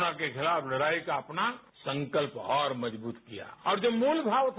corona के खिलाफ लडाई का अपना संकल्प और मजबूत किया और जो मूलभाव था